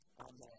Amen